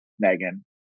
Megan